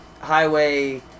Highway